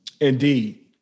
Indeed